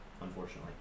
unfortunately